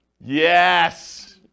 Yes